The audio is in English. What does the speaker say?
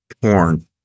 Porn